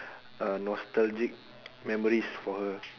uh nostalgic memories for her